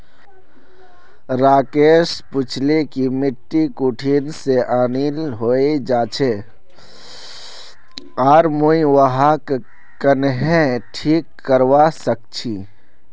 राकेश पूछिल् कि मिट्टी कुठिन से आनिल हैये जा से आर मुई वहाक् कँहे ठीक करवा सक छि